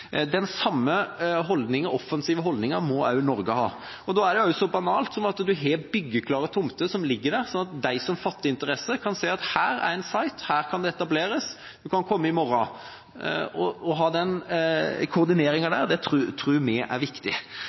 Den samme offensive holdningen må også Norge ha. Og da er det så banalt som at man har byggeklare tomter som ligger der, slik at de som fatter interesse, kan se at her er en «site», her kan det etableres – dere kan komme i morgen. Å ha den koordineringa der tror vi er viktig.